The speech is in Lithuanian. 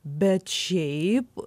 bet šiaip